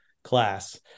class